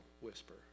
whisper